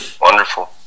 Wonderful